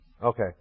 Okay